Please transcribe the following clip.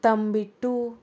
तांबिटू